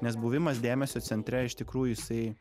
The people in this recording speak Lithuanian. nes buvimas dėmesio centre iš tikrųjų jisai